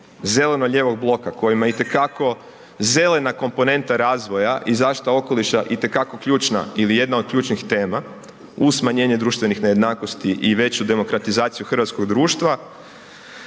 zeleno-lijevog bloka kojemu je itekako zelena komponenta razvoja i zaštita okoliša itekako ključna ili jedna od ključnih tema uz smanjenje društvenih nejednakosti i veću demokratizaciju hrvatskog društva